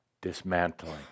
dismantling